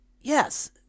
yes